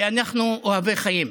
כי אנחנו אוהבי חיים,